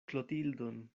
klotildon